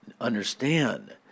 understand